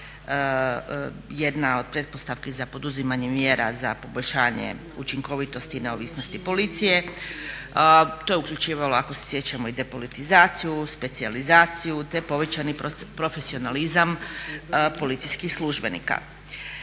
jedna od pretpostavki za poduzimanje mjera za poboljšanje učinkovitosti i neovisnosti policije. To je uključivalo ako se sjećamo i depolitizaciju, specijalizaciju te povećani profesionalizam policijskih službenika.